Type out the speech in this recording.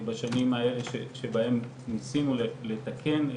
בשנים שבהן ניסינו לתקן,